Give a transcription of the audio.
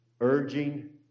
urging